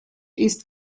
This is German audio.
ist